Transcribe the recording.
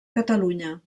catalunya